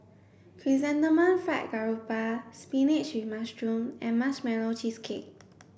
chrysanthemum fried garoupa spinach with mushroom and marshmallow cheesecake